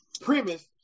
premise